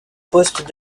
poste